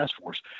force